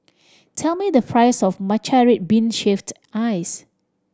tell me the price of matcha red bean shaved ice